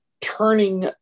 turning